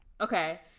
Okay